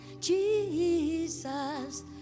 Jesus